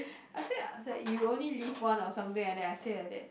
I'll say like you only live one or something like that I say like that